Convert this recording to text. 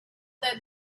that